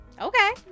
Okay